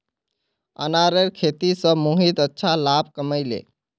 अनारेर खेती स मोहित अच्छा लाभ कमइ ले